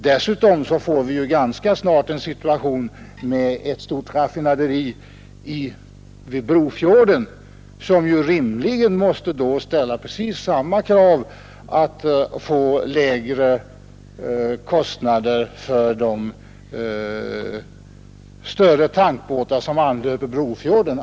Dessutom får vi ganska snart ett stort raffinaderi vid Brofjorden, som rimligen måste ställa precis samma krav på att få lägre kostnader för de större tankbåtar som anlöper den hamnen.